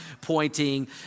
pointing